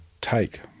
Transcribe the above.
take